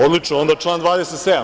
Odlično, onda član 27.